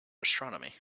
astronomy